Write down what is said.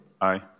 aye